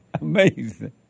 Amazing